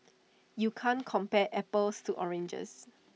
you can't compare apples to oranges